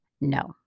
No